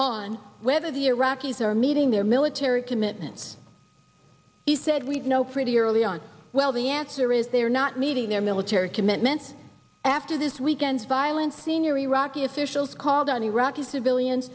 on whether the iraqis are meeting their military commitments he said we know pretty early on well the answer is they're not meeting their military commitment after this weekend's violence senior iraqi officials called on iraqi civilian